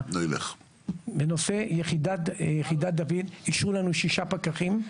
בנושא יחידת דויד, אישרו לנו שישה פקחים.